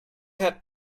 had